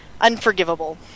Unforgivable